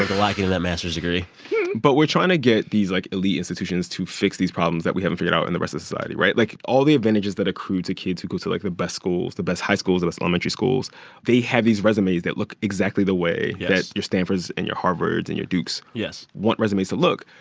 ah liking that master's degree but we're trying to get these, like, elite institutions to fix these problems that we haven't figured out in the rest of the society, right? like, all the advantages that accrue to kids who go to, like, the best schools, the best high schools, the best elementary schools they have these resumes that look exactly the way. yes. that your stanfords and your harvards and your dukes. yes. want resumes to look.